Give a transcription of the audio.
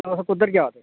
तुस कुद्धर जा दे